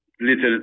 little